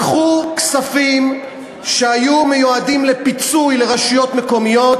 לקחו כספים שהיו מיועדים לפיצוי לרשויות מקומיות